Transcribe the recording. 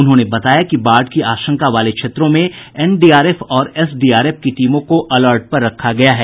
उन्होंने बताया कि बाढ़ की आशंका वाले क्षेत्रों में एनडीआरएफ और एसडीआरएफ की टीमों को अलर्ट पर रखा गया है